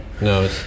No